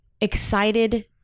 excited